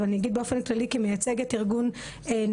אבל אני אגיד באופן כללי כמייצגת ארגון נשים